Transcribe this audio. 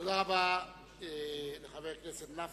תודה רבה לחבר הכנסת נפאע.